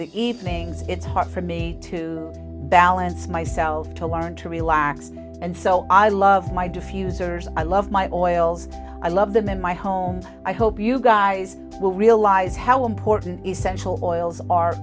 the evenings it's hard for me to balance myself to learn to relax and so i love my diffusers i love my oils i love them in my home i hope you guys will realize how important essential oils are